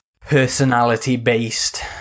personality-based